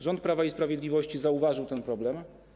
Rząd Prawa i Sprawiedliwości zauważył ten problem.